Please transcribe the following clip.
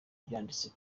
ryanditse